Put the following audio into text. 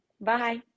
Bye